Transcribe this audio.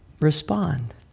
respond